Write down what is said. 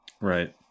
Right